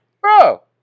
Bro